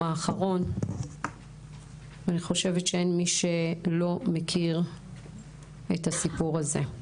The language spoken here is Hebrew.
האחרון ואני חושבת שאין מי שלא מכיר את הסיפור הזה.